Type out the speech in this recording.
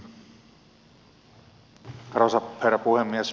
arvoisa herra puhemies